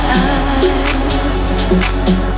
eyes